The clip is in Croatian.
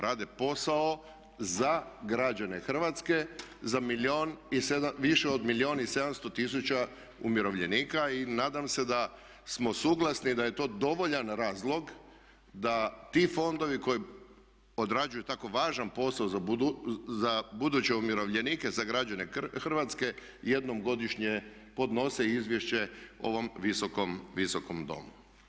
Rade posao za građane Hrvatske, za milion, više od milijun i 700 tisuća umirovljenika i nadam se da smo suglasni da je to dovoljan razlog da ti fondovi koji odrađuju tako važan posao za buduće umirovljenike, za građane Hrvatske jednom godišnje podnose izvješće ovom Visokom domu.